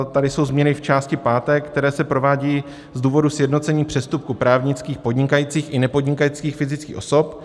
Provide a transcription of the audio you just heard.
Tady jsou změny v části páté, které se provádějí z důvodu sjednocení přestupků právnických podnikajících i nepodnikajících fyzických osob.